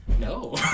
No